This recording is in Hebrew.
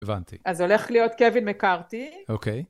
הבנתי. אז הולך להיות קווין מקארטי. אוקיי.